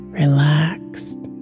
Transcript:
relaxed